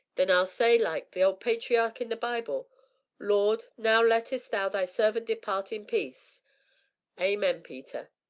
then i'll say, like the patriach in the bible lord, now lettest thou thy servant depart in peace amen, peter!